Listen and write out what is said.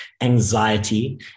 anxiety